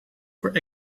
voor